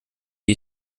wie